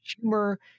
humor